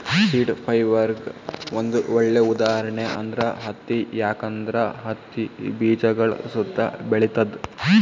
seed ಫೈಬರ್ಗ್ ಒಂದ್ ಒಳ್ಳೆ ಉದಾಹರಣೆ ಅಂದ್ರ ಹತ್ತಿ ಯಾಕಂದ್ರ ಹತ್ತಿ ಬೀಜಗಳ್ ಸುತ್ತಾ ಬೆಳಿತದ್